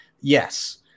yes